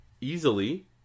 easily